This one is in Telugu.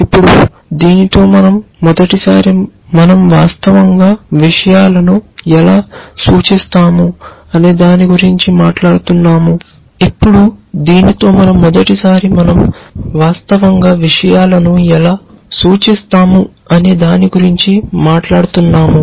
ఇప్పుడు దీనితో మనం మొదటిసారి మనం వాస్తవంగా విషయాలను ఎలా సూచిస్తాము అనే దాని గురించి మాట్లాడుతున్నాము